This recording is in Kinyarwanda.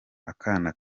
akana